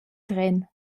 tren